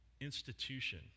institution